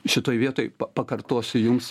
šitoj vietoj pakartosiu jums